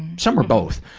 some are both,